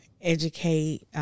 educate